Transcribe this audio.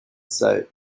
sight